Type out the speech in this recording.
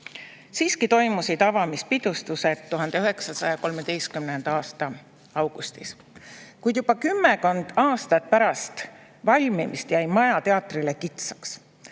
Siiski toimusid avamispidustused 1913. aasta augustis. Kuid juba kümmekond aastat pärast valmimist jäi maja teatrile kitsaks